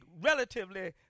relatively